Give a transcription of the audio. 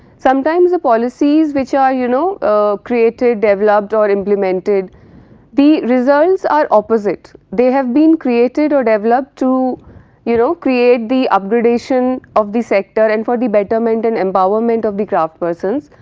sometimes the policies which are you know created, developed or implemented the results are opposite, they have been created or developed to you know create the upgradation of the sector and for the betterment and empowerment of the craft persons,